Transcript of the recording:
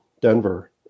Denver